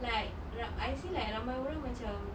like like I see like ramai orang macam